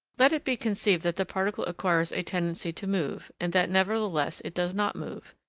let it be conceived that the particle acquires a tendency to move, and that nevertheless it does not move.